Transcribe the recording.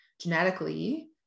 genetically